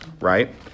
right